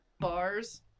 bars